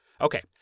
Okay